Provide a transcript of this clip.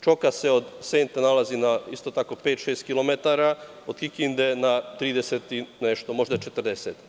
Čoka se od Sente nalazi na, isto tako pet, šest kilometara, a od Kikinde na 30 i nešto, možda 40.